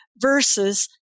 versus